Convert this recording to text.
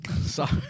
Sorry